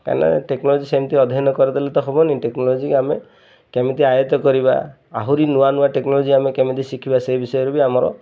କାହିଁକି ନା ଟେକ୍ନୋଲୋଜି ସେମିତି ଅଧ୍ୟୟନ କରି ଦେଲେ ତ ହେବନି ଟେକ୍ନୋଲୋଜି କି ଆମେ କେମିତି ଆୟତ କରିବା ଆହୁରି ନୂଆ ନୂଆ ଟେକ୍ନୋଲୋଜି ଆମେ କେମିତି ଶିଖିବା ସେ ବିଷୟରେ ବି ଆମର